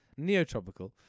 neotropical